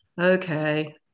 okay